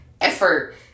effort